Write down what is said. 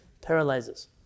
paralyzes